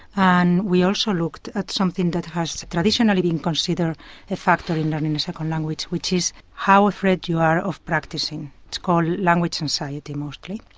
and we also look at something that has traditionally been considered a factor in learning a second language, which is how afraid you are of practising. it's called language anxiety mostly.